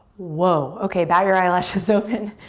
whoa, okay bat your eyelashes open.